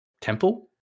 temple